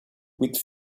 with